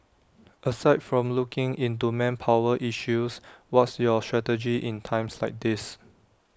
aside from looking into manpower issues what's your strategy in times like these